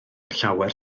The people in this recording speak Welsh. llawer